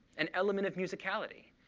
an element of musicality.